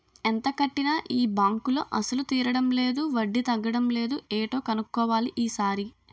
ఎంత కట్టినా ఈ బాంకులో అసలు తీరడం లేదు వడ్డీ తగ్గడం లేదు ఏటో కన్నుక్కోవాలి ఈ సారి